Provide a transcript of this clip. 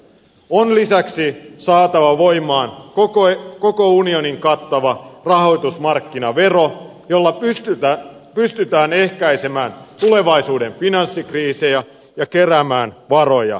on lisäksi saatava voimaan koko unionin kattava rahoitusmarkkinavero jolla pystytään ehkäisemään tulevaisuuden finanssikriisejä ja keräämään varoja